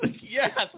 Yes